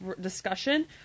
discussion